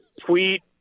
tweet